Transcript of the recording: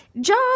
job